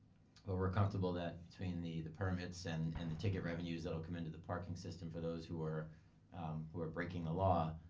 we're comfortable that between the the permits and and the ticket revenues that'll come in to the parking system for those who are who are breaking the law,